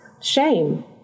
shame